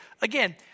again